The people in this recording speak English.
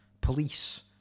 police